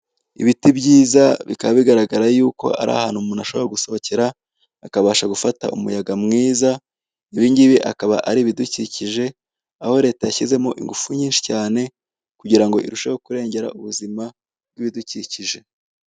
Ibiti byiza bikaba bigaragara yuko ari ahantu umuntu ashobora gusohokera akabasha gufata umuyaga mwiza ibingibi akaba ari ibidukikije aho leta yashyizemo ingufu nyinshi cyane kugira ngo irusheho kurengera ubuzima bw'ibidukikije.